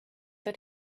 that